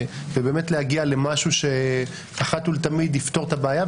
ובאמת להגיע למשהו שאחת ולתמיד יפתור את הבעיה,